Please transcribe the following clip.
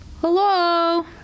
Hello